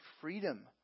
freedom